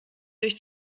durch